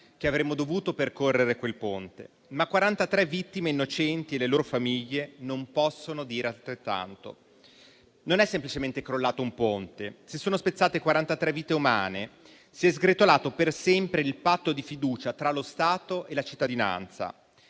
che avremmo dovuto percorrere quel ponte, ma 43 vittime innocenti e le loro famiglie non possono dire altrettanto. Non è semplicemente crollato un ponte, si sono spezzate 43 vite umane; si è sgretolato per sempre il patto di fiducia tra lo Stato e la cittadinanza,